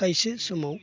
खायसे समाव